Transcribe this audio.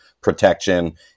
protection